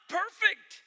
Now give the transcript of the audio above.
perfect